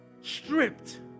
stripped